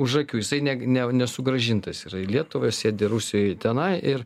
už akių jisai neg ne nesugrąžintas yra į lietuvą sėdi rusijoj tenai ir